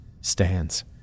stands